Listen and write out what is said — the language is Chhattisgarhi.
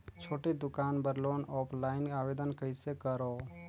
छोटे दुकान बर लोन ऑफलाइन आवेदन कइसे करो?